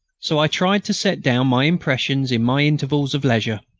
so i tried to set down my impressions in my intervals of leisure.